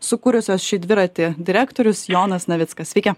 sukūrusios šį dviratį direktorius jonas navickas sveiki